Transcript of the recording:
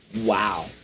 Wow